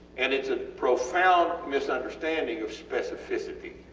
and its a profound misunderstanding of specificity,